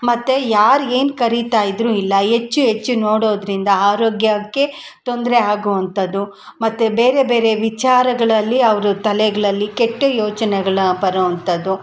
ಮತ್ತು ಯಾರು ಏನು ಕರೀತಾ ಇದ್ರೂ ಇಲ್ಲ ಹೆಚ್ಚು ಹೆಚ್ಚು ನೋಡೋದ್ರಿಂದ ಆರೋಗ್ಯಕ್ಕೆ ತೊಂದರೆ ಆಗೋ ಅಂಥದ್ದು ಮತ್ತು ಬೇರೆ ಬೇರೆ ವಿಚಾರಗಳಲ್ಲಿ ಅವ್ರ ತಲೆಗಳಲ್ಲಿ ಕೆಟ್ಟ ಯೋಚನೆಗಳು ಬರೋ ಅಂಥದ್ದು